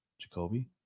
Jacoby